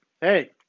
hey